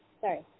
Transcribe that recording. Sorry